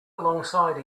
alongside